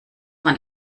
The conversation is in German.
man